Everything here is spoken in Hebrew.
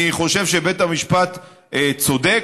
אני חושב שבית המשפט צודק,